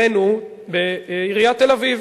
בעיריית תל-אביב.